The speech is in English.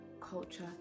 culture